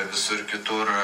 visur kitur